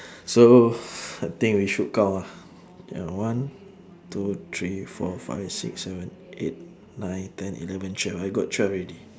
so I think we should count ah there are one two three four five six seven eight nine ten eleven twelve I got twelve already